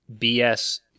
BS